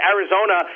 Arizona